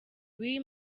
w’iyi